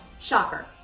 shocker